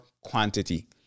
quantity